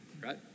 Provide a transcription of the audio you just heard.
right